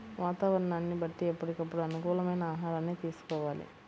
వాతావరణాన్ని బట్టి ఎప్పటికప్పుడు అనుకూలమైన ఆహారాన్ని తీసుకోవాలి